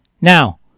Now